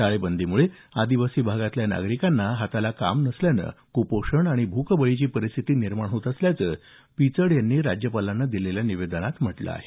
टाळेबंदीमुळे आर्दिवासी भागातल्या नागरिकांना हाताला काम नसल्यामुळे कुपोषण आणि भूकबळीची परिस्थिती निर्माण होत असल्याचं पिचड यांनी राज्यपालांना दिलेल्या निवेदनात म्हटलं आहे